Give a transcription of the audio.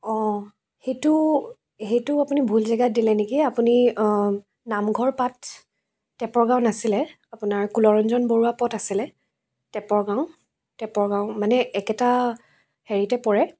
অঁ সেইটো সেইটো আপুনি ভুল জেগাত দিলে নেকি আপুনি নামঘৰ টেপৰগাঁও নাছিলে আপোনাৰ কুলৰঞ্জন বৰুৱা পথ আছিলে টেপৰগাঁও টেপৰগাঁও মানে একেটা হেৰিতে পৰে